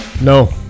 No